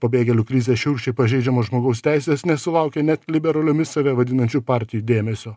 pabėgėlių krizę šiurkščiai pažeidžiamos žmogaus teisės nesulaukia net liberaliomis save vadinančių partijų dėmesio